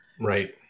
Right